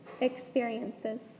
experiences